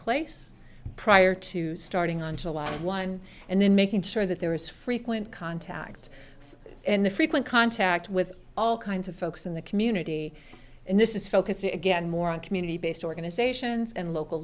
place prior to starting on to a lot of one and then making sure that there is frequent contact and the frequent contact with all kinds of folks in the community and this is focusing again more on community based organizations and local